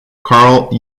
karl